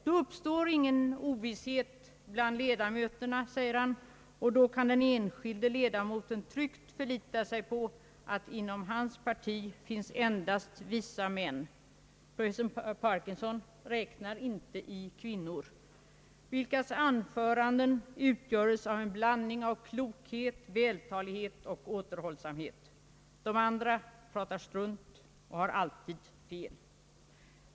Då uppstår ingen ovisshet bland ledamöterna, säger han, och då kan den enskilde ledamoten tryggt förlita sig på att inom hans parti finns endast visa män professor Parkinson räknar inte i kvinnor vilkas anföranden utgöres av en biandning av klokhet, vältalighet och återhållsamhet. De andra pratar strunt och har alltid fel.